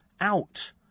out